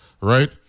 right